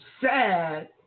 sad